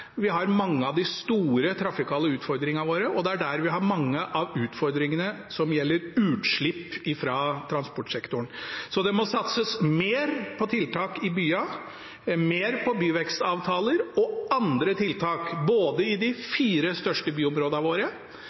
vi har mange av utfordringene som gjelder utslipp fra transportsektoren. Så det må satses mer på tiltak i byene, mer på byvekstavtaler og andre tiltak – både for de fire største byområdene våre